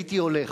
הייתי הולך.